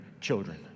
children